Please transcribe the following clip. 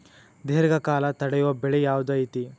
ದೇರ್ಘಕಾಲ ತಡಿಯೋ ಬೆಳೆ ಯಾವ್ದು ಐತಿ?